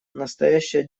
настоящая